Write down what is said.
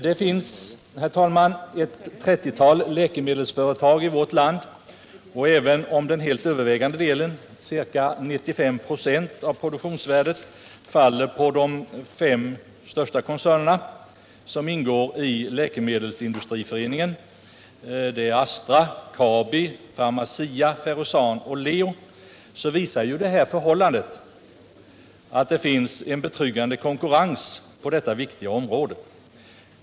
Det finns, herr talman, ett 30-tal läkemedelsföretag i vårt land, och även om den helt övervägande delen — ca 95 96 av produktionsvärdet —- faller på de fem största koncernerna, som ingår i Läkemedelsindustriföreningen , Astra, Kabi, Pharmacia, Ferrosan och Leo, så visar detta förhållande att det finns en betryggande konkurrens för detta viktiga område.